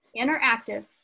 interactive